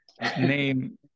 name